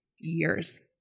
Years